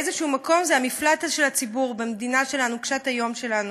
באיזה מקום זה המפלט של הציבור במדינה קשת-היום שלנו.